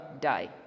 die